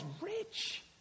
rich